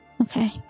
Okay